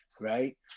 right